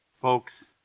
folks